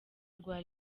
rwa